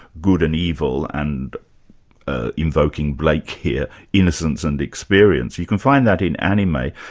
good and evil, and ah invoking blake here, innocence and experience. you can find that in anime,